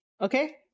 okay